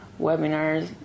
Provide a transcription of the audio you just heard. webinars